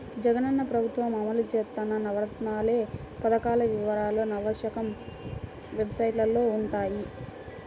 జగనన్న ప్రభుత్వం అమలు చేత్తన్న నవరత్నాలనే పథకాల వివరాలు నవశకం వెబ్సైట్లో వుంటయ్యి